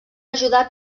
ajudar